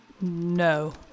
No